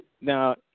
Now